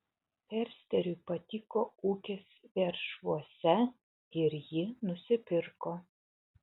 fersteriui patiko ūkis veršvuose ir jį nusipirko